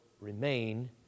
remain